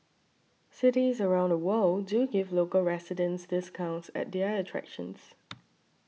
cities around the world do give local residents discounts at their attractions